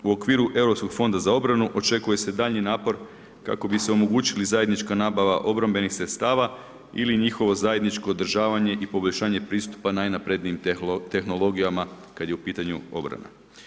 U okviru Europskog fonda za obranu očekuje se daljnji napor kako bi se omogućili zajednička nabava obrambenih sredstava ili njihovo zajedničko održavanje ili poboljšanje pristupa najnaprednijim tehnologijama kada je u pitanju obrana.